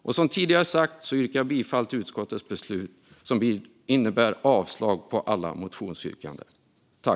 Som jag tidigare sagt yrkar jag bifall till utskottets förslag, vilket innebär avslag på alla motionsyrkanden.